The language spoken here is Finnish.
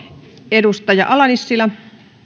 edustaja ala nissilä